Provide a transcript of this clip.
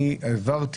אני מבין